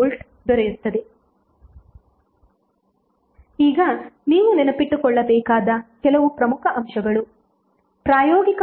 5 V ಈಗ ನೀವು ನೆನಪಿಟ್ಟುಕೊಳ್ಳಬೇಕಾದ ಕೆಲವು ಪ್ರಮುಖ ಅಂಶಗಳು ಪ್ರಾಯೋಗಿಕ